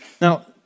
Now